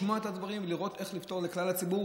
לשמוע את הדברים ולראות איך לפתור בשביל כלל הציבור.